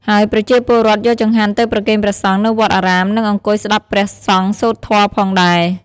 ហើយប្រជាពលរដ្ឋយកចង្ហាន់ទៅប្រគេនព្រះសង្ឃនៅវត្តអារាម និងអង្គុយស្តាប់ព្រះសង្ឃសូត្រធម៌ផងដែរ។